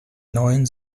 neuen